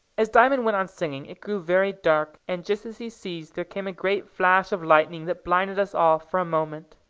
as diamond went on singing, it grew very dark, and just as he ceased there came a great flash of lightning, that blinded us all for a moment.